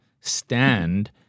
stand